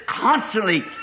constantly